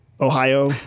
Ohio